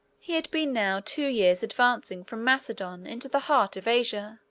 he had been now two years advancing from macedon into the heart of asia,